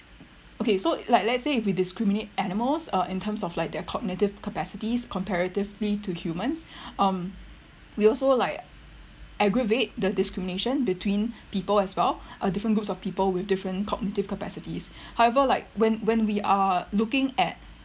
okay so like let's say if we discriminate animals uh in terms of like their cognitive capacities comparatively to humans um we also like aggravate the discrimination between people as well uh different groups of people with different cognitive capacities however like when when we are looking at